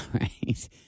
right